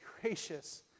gracious